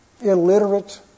illiterate